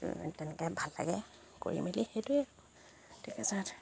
এ তেনেকৈ ভাল লাগে কৰি মেলি সেইটোৱে ঠিক আছে